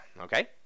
okay